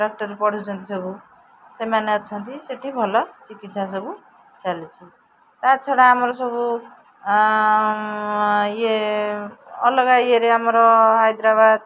ଡାକ୍ତରୀ ପଢ଼ୁଛନ୍ତି ସବୁ ସେମାନେ ଅଛନ୍ତି ସେଠି ଭଲ ଚିକିତ୍ସା ସବୁ ଚାଲିଛି ତା' ଛଡ଼ା ଆମର ସବୁ ଇଏ ଅଲଗା ଇଏରେ ଆମର ହାଇଦ୍ରାବାଦ